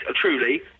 truly